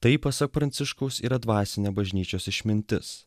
tai pasak pranciškaus yra dvasinė bažnyčios išmintis